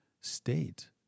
state